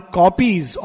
copies